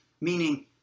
meaning